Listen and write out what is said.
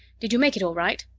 did you make it all right?